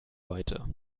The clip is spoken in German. heute